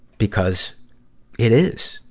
because it is.